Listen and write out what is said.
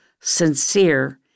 sincere—